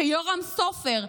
שיורם סופר,